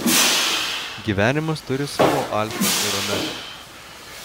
gyvenimas turi savo alfą ir omegą